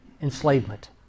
enslavement